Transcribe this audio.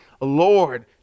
Lord